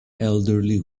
elderly